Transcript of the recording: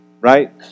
right